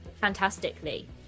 fantastically